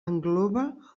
engloba